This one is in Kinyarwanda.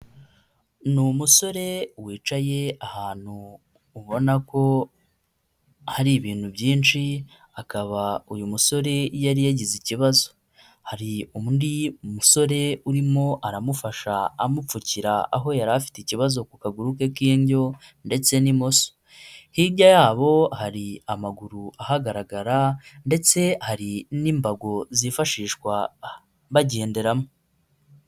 Ni umusore wicaye ahantu ubona ko hari ibintu byinshi akaba uyu musore yari yagize ikibazo, hari undi musore urimo aramufasha amupfukira aho yari afite ikibazo ku kaguru ke k'indyo ndetse n'imoso, hirya yabo hari amaguru ahagaragara ndetse hari n'imbago zifashishwa bagenderamo.